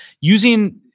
using